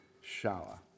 shower